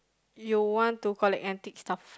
you want to collect antique stuff